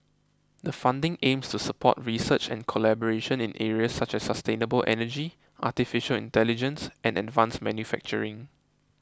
the funding aims to support research and collaboration in areas such as sustainable energy Artificial Intelligence and advanced manufacturing